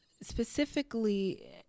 specifically